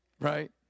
right